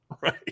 Right